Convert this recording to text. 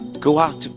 go out!